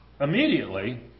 immediately